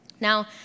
Now